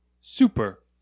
Super